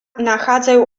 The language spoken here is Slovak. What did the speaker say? nachádzajú